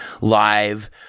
live